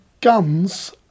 guns